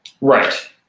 Right